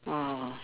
ah